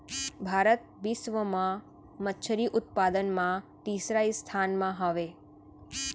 भारत बिश्व मा मच्छरी उत्पादन मा तीसरा स्थान मा हवे